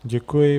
Děkuji.